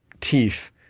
teeth